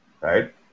right